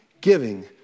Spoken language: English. giving